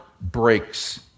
breaks